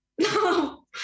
no